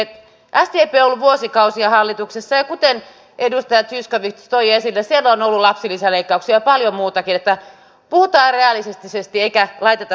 sdp on ollut vuosikausia hallituksessa ja kuten edustaja zyskowicz toi esille siellä on ollut lapsilisäleikkauksia ja paljon muutakin niin että puhutaan realistisesti eikä laiteta sädekehää pään päälle